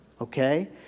Okay